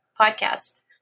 podcast